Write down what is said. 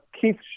Keith